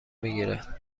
میگیرد